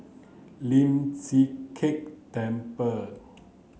Lian Chee Kek Temple